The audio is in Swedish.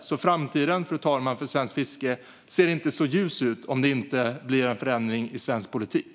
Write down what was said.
Framtiden för svenskt fiske ser alltså inte särskilt ljus ut om det inte blir en förändring i svensk politik.